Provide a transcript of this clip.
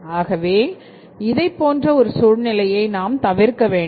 ஆகவே இதைப் போன்ற ஒரு சூழ்நிலையை நாம் தவிர்க்க வேண்டும்